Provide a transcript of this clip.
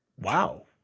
wow